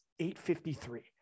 853